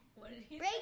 Break